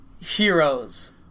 heroes